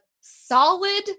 solid